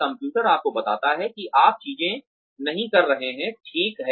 computer आपको बताता है कि आप चीजें नहीं कर रहे हैं ठीक है